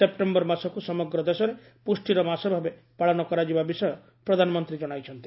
September ମାସକୁ ସମଗ୍ର ଦେଶରେ ପୁଷ୍ଟିର ମାସ ଭାବେ ପାଳନ କରାଯିବା ବିଷୟ ପ୍ରଧାନମନ୍ତ୍ରୀ ଜଣାଇଛନ୍ତି